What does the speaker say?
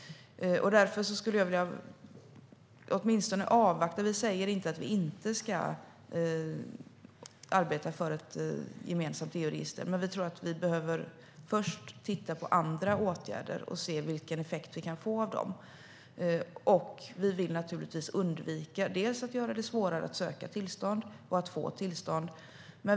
Därför skulle jag åtminstone vilja avvakta. Vi säger inte att vi inte ska arbeta för ett gemensamt EU-register. Men vi tror att vi först behöver titta på andra åtgärder och se vilken effekt vi kan få av dem. Vi vill naturligtvis undvika att göra det svårare att söka och få tillstånd.